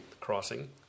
crossing